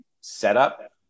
setup